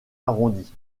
arrondies